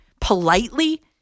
politely